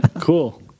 cool